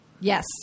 Yes